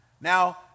Now